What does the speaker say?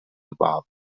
البعض